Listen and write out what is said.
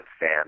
fan